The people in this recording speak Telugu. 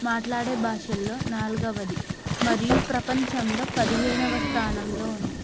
మాట్లాడే భాషల్లో నాలుగవది మరియు ప్రపంచంలో పదిహేనవ స్థానంలో ఉంది